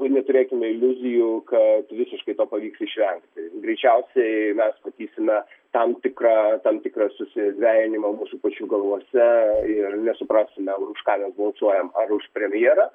neturėkime iliuzijų kad visiškai to pavyks išvengti greičiausiai mes matysime tam tikrą tam tikrą susidvejinimą mūsų pačių galvose ir nesuprasime už ką mes balsuojam ar už premjerą